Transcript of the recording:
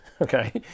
okay